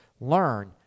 learn